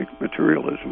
materialism